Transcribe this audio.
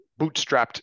bootstrapped